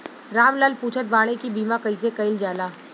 राम लाल पुछत बाड़े की बीमा कैसे कईल जाला?